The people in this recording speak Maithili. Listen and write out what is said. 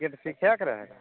क्रिकेट सिखैके रहै